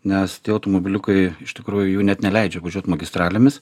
nes tie automobiliukai iš tikrųjų jų net neleidžia važiuot magistralėmis